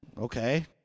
Okay